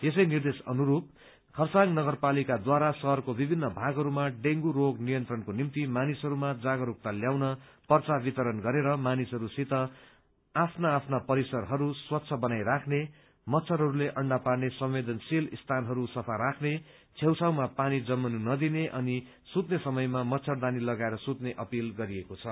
यसै निर्देश अनुरूप खरसाङ नगरपालिकाद्वारा शहरको विभिन्न भागहरूमा डेंगू रोग नियन्त्रणको निम्ति मानिसहरूमा जागरूकता ल्याउन पर्चा वितरण गरेर मानिसहरूसित आपनो आफ्नो परिसरहरू स्वच्छ बनाई राख्ने मच्छरहरू अण्डा पार्ने संवदेनशिल स्थानहरू सफा राख्ने छेउछाउमा पानी जम्मिनु नदिने अनि सुत्ने समयमा मच्छरदानी लगाएर सुत्ने अपील गरिएको छ